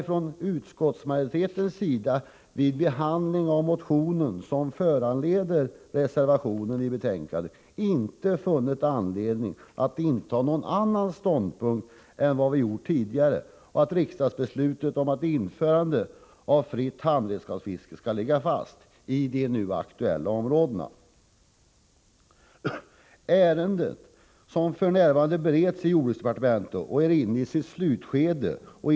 Från utskottsmajoritetens sida har vi vid behandlingen av den motion som föranlett reservationen vid detta betänkande inte funnit någon anledning att inta en annan ståndpunkt än den vi tidigare intagit. Riksdagsbeslutet om införandet av ett fritt handredskapsfiske skall således ligga fast i fråga om de nu aktuella områdena. Ärendet bereds f. n. i jordbruksdepartementet. Man är inne i slutskedet av detta arbete.